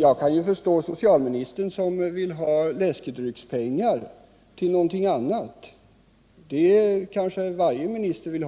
Jag kan förstå socialminister Gustavsson när han vill ha läskedryckspengar till någonting annat. Det kanske varje minister vill.